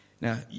Now